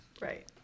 Right